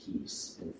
peace